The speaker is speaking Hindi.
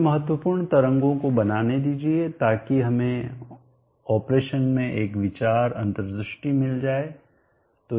मुझे महत्वपूर्ण तरंगों को बनाने दीजिये ताकि हमें ऑपरेशन में एक विचार अंतर्दृष्टि मिल जाए